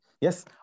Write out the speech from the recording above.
yes